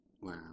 Wow